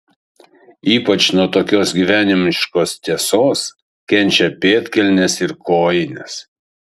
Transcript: ypač nuo tokios gyvenimiškos tiesos kenčia pėdkelnės ir kojinės